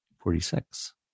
Forty-six